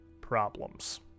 problems